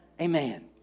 Amen